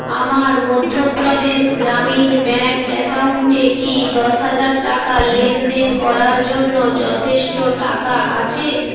আমার মধ্যপ্রদেশ গ্রামীণ ব্যাংক অ্যাকাউন্টে কি দশ হাজার টাকা লেনদেন করার জন্য যথেষ্ট টাকা আছে